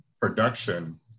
production